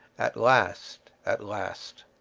at last, at last!